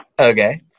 Okay